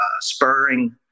spurring